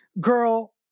girl